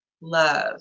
love